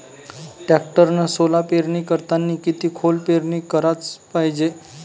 टॅक्टरनं सोला पेरनी करतांनी किती खोल पेरनी कराच पायजे?